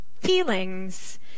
feelings